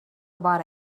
about